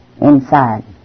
inside